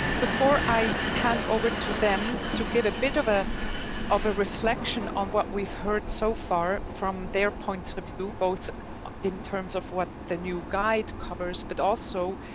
before i hand over to them to give a bit of a of a reflection on what we've heard so far from their point of view, both in terms of what the new guide covers, but also